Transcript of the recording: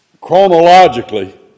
chronologically